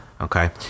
Okay